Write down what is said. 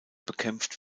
bekämpft